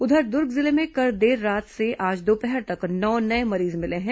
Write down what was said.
उधर दुर्ग जिले में कल देर रात से आज दोपहर तक नौ नये मरीज मिले हैं